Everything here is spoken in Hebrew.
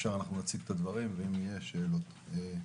נציג את הדברים ואם תהיינה שאלות נשמח לענות.